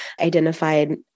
identified